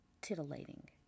titillating